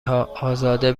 ها؟ ازاده